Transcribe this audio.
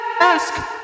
Ask